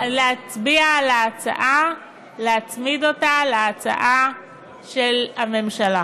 להצביע על ההצעה, ולהצמיד אותה להצעה של הממשלה.